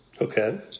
Okay